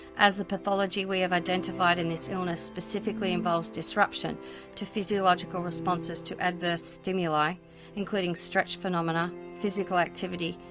as the pathology we have identified in this illness specifically involves disruption to physiological responses to adverse stimuli including stretch phenomena, physical activity,